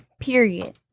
Period